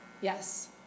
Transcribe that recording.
Yes